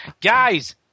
Guys